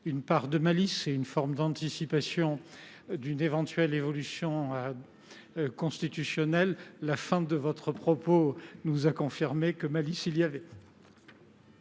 une part de malice et une forme d’anticipation d’une éventuelle évolution constitutionnelle ; la fin de votre propos nous a confirmé que malice il y avait.